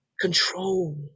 control